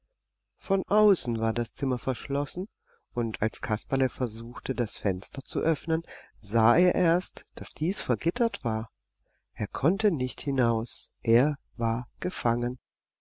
von außen war das zimmer verschlossen und als kasperle versuchte das fenster zu öffnen sah er erst daß dies vergittert war er konnte nicht hinaus er war gefangen